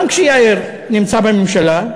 גם כשיאיר נמצא בממשלה,